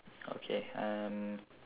okay uh